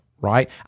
right